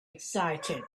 excited